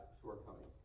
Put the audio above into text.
shortcomings